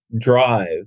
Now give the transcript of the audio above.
drive